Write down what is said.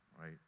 right